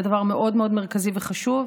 זה דבר מאוד מאוד מרכזי וחשוב.